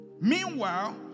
Meanwhile